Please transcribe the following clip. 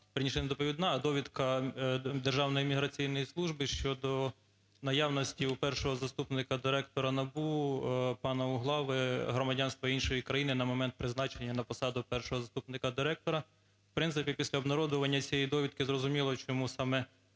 а довідка Державної міграційної служби щодо наявності у першого заступника директора НАБУ пана Углави громадянства іншої країни на момент призначення на посаду першого заступника директора. В принципі, після обнародування цієї довідки зрозуміло, чому саме